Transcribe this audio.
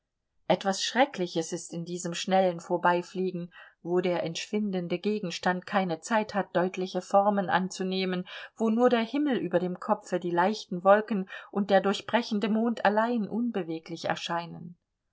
etwas schreckliches ist in diesem schnellen vorbeifliegen wo der entschwindende gegenstand keine zeit hat deutliche formen anzunehmen wo nur der himmel über dem kopfe die leichten wolken und der durchbrechende mond allein unbeweglich erscheinen